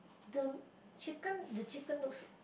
the chicken the chicken looks